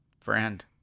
friend